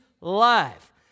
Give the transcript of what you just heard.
life